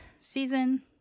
season